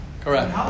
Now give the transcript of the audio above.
Correct